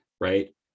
right